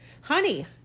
Honey